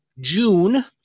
June